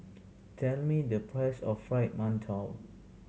tell me the price of Fried Mantou